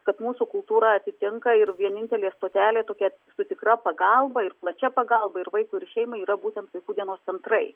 kad mūsų kultūra atitinka ir vienintelė stotelė tokia su tikra pagalba ir plačia pagalba ir vaikui ir šeimai yra būtent vaikų dienos centrai